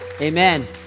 Amen